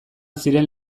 ziren